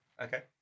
okay